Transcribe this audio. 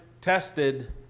tested